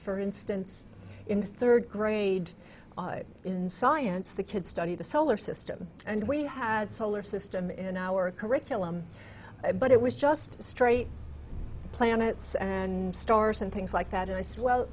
for instance in third grade in science the kid studied the solar system and we had solar system in our curriculum but it was just straight planets and stars and things like that and i said well